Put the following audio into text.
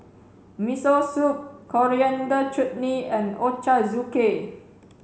Miso Soup Coriander Chutney and Ochazuke